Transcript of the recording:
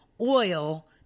oil